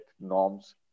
norms